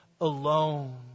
alone